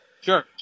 Sure